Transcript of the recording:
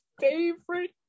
favorite